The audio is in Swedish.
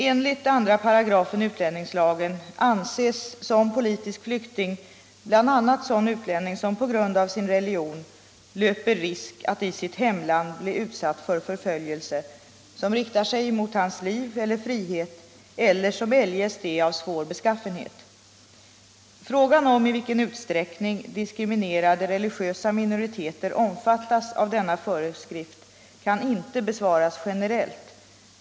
Enligt 2 § utlänningslagen anses som politisk flykting bl.a. sådan utlänning som på grund av sin religion löper risk att i sitt hemland bli utsatt för förföljelse, som riktar sig mot hans liv eller frihet eller som eljest är av svår beskaffenhet. Frågan om i vilken utsträckning diskriminerade religiösa minoriteter omfattas av denna föreskrift kan inte besvaras generellt.